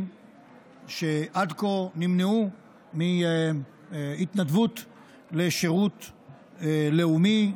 שעד כה נמנעו מהתנדבות לשירות לאומי,